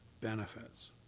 benefits